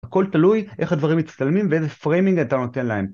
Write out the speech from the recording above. הכל תלוי איך הדברים מצטלמים ואיזה פריימינג אתה נותן להם